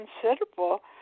considerable